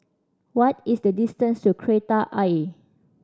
what is the distance to Kreta Ayer